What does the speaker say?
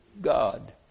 God